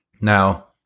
now